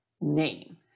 name